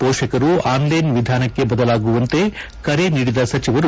ಮೋಷಕರು online ವಿಧಾನಕ್ಕೆ ಬದಲಾಗುವಂತೆ ಕರೆ ನೀಡಿದ ಸಚಿವರು